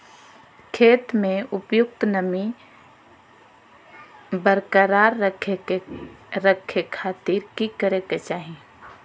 खेत में उपयुक्त नमी बरकरार रखे खातिर की करे के चाही?